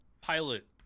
pilot